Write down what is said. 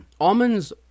Almonds